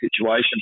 situation